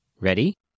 Ready